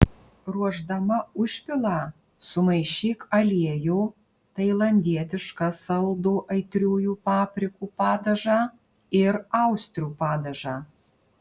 ruošdama užpilą sumaišyk aliejų tailandietišką saldų aitriųjų paprikų padažą ir austrių padažą